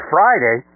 Friday